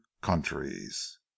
countries